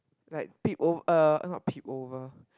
like peek over like not peek over